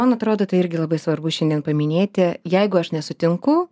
man atrodo tai irgi labai svarbu šiandien paminėti jeigu aš nesutinku